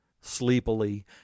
Sleepily